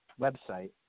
website